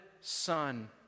son